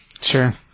Sure